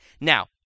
Now